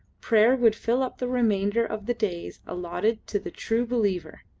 prayer would fill up the remainder of the days allotted to the true believer!